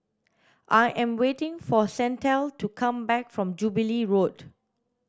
I am waiting for Shantel to come back from Jubilee Road